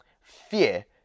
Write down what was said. Fear